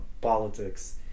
politics